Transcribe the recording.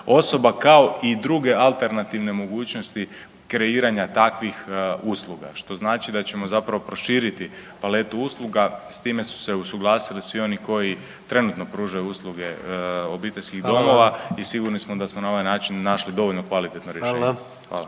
osoba, kao i druge alternativne mogućnosti kreiranja takvih usluga, što znači da ćemo zapravo prošiti paletu usluga. S time su se usuglasili svi oni koji trenutno pružaju usluge obiteljskih domova .../Upadica: Hvala./... i sigurni smo da smo na ovaj način našli dovoljno kvalitetno rješenje.